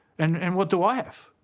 and and what do i have?